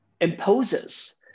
imposes